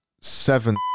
seven